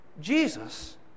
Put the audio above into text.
Jesus